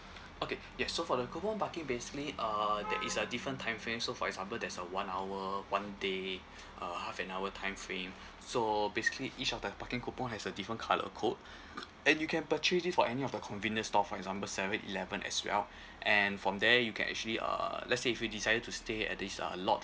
okay yes so for the coupon parking basically uh there is a different time frame so for example there's a one hour one day uh half an hour time frame so basically each of the parking coupon has a different colour code and you can purchase it for any of the convenience store for example seven eleven as well and from there you can actually uh let's say if you decided to stay at this uh lot